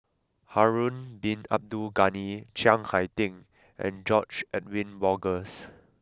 Harun Bin Abdul Ghani Chiang Hai Ding and George Edwin Bogaars